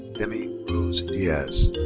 demi rose diaz.